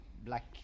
black